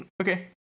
okay